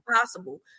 possible